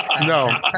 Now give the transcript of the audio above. No